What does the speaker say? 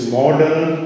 modern